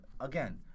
again